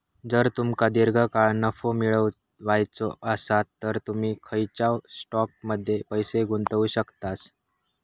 जर तुमका दीर्घकाळ नफो मिळवायचो आसात तर तुम्ही खंयच्याव स्टॉकमध्ये पैसे गुंतवू शकतास